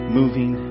moving